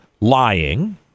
lying